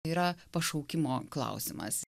yra pašaukimo klausimas